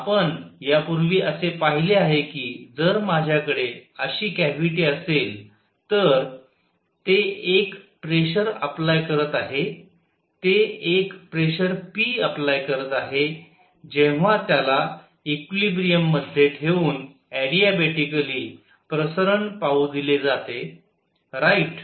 आपण यापूर्वी असे पाहिले आहे की जर माझ्याकडे अशी कॅव्हिटी असेल तर ते एक प्रेशर अप्लाय करत आहे ते एक प्रेशर p अप्लाय करत आहे जेव्हा त्याला इक्विलिब्रियम मध्ये ठेऊन अॅडिबॅटीकली प्रसरण पाऊ दिले जाते राइट